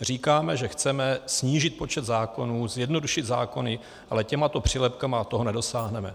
Říkáme, že chceme snížit počet zákonů, zjednodušit zákony, ale těmito přílepky toho nedosáhneme.